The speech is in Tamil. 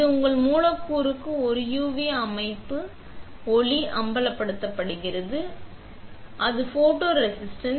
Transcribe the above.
இது உங்கள் மூலக்கூறுக்கு ஒரு UV ஒளி அம்பலப்படுத்த பயன்படுகிறது உங்களுக்கு தெரியும் அது போட்டோ ரெஸிஸ்ட்